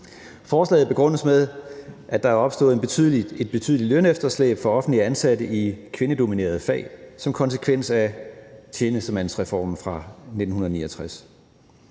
Forslaget begrundes med, at der er opstået et betydeligt lønefterslæb for offentligt ansatte i kvindedominerede fag som konsekvens af tjenestemandsreformen fra 1969.